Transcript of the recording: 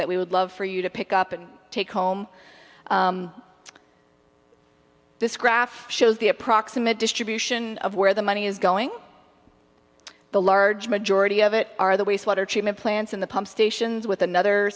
that we would love for you to pick up and take home this graph shows the approximate distribution of where the money is going the large majority of it are the wastewater treatment plants in the pump stations with another